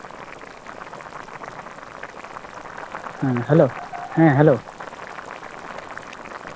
ᱦᱮᱸ ᱦᱮᱞᱳ ᱦᱮᱸ ᱦᱮᱞᱳ